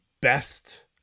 best